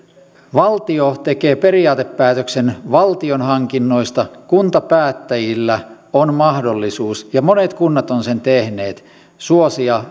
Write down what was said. valtio tekee periaatepäätöksen valtionhankinnoista kuntapäättäjillä on mahdollisuus ja monet kunnat ovat sen tehneet suosia